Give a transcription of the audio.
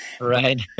Right